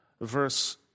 verse